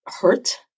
hurt